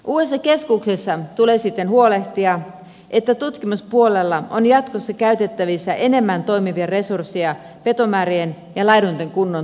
uudessa keskuksessa tulee sitten huolehtia että tutkimuspuolella on jatkossa käytettävissä enemmän toimivia resursseja petomäärien ja laidunten kunnon tutkimiseen